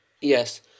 Yes